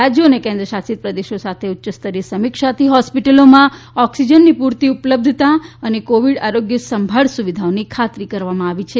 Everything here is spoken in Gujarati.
રાજ્યો અને કેન્દ્રશાસિત પ્રદેશો સાથે ઉચ્ચસ્તરીય સમીક્ષાથી હોસ્પિટલોમાં ઓક્સિ નની પૂરતી ઉપલબ્ધતા અને કોવિડ આરોગ્યસંભાળ સુવિધાઓની ખાતરી કરવામાં આવી છે